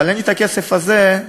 אבל את הכסף הזה,